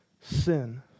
sin